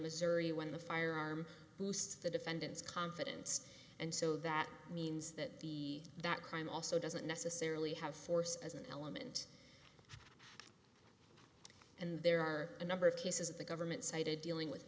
missouri when the firearm boosts the defendant's confidence and so that means that the that crime also doesn't necessarily have force as an element and there are a number of cases the government cited dealing with